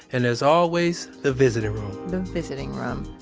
and there's always the visiting room the visiting room.